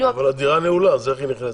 אבל הדירה נעולה, אז איך היא נכנסת?